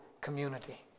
community